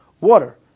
water